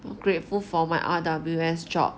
grateful for my R_W_S job